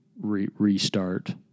restart